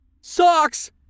Socks